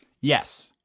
Yes